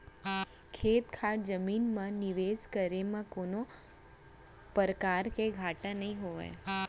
खेत खार जमीन म निवेस करे म कोनों परकार के घाटा नइ होवय